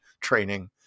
training